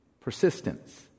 persistence